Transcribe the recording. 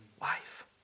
Life